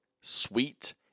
sweet